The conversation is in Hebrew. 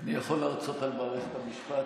אני יכול להרצות על מערכת המשפט,